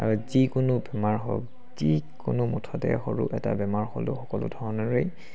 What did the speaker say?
আৰু যিকোনো বেমাৰ হওক যিকোনো মুঠতে সৰু এটা বেমাৰ হ'লেও সকলো ধৰণৰেই